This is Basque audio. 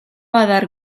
adar